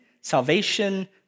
salvation